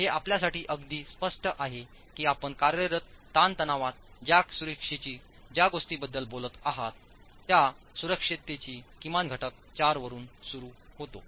हे आपल्यासाठी अगदी स्पष्ट आहे की आपण कार्यरत ताणतणावात ज्या सुरक्षेचे ज्या गोष्टींबद्दल बोलत आहोत त्या सुरक्षिततेचा किमान घटक 4 वरून सुरू होतो